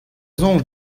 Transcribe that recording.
soñj